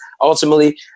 ultimately